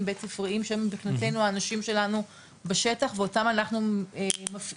בית ספריים שהם מבחינתנו האנשים שלנו בשטח ואותם אנחנו מפעילים,